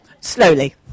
Slowly